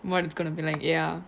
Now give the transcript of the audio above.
what it's gonna be like ya